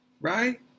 Right